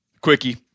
quickie